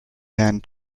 hand